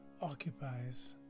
occupies